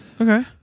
Okay